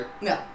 No